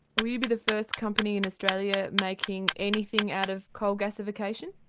will you be the first company in australia making anything out of coal gasification?